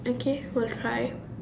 okay will try